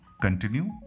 continue